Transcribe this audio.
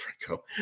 Franco